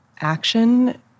action